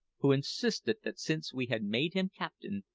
who insisted that since we had made him captain,